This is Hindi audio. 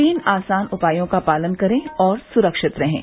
तीन आसान उपायों का पालन करें और सुरक्षित रहें